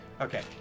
Okay